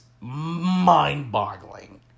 mind-boggling